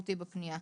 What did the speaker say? לפני כמה שנים,